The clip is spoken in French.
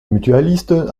mutualistes